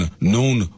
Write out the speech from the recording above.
known